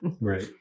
Right